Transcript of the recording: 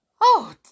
Oh